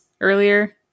earlier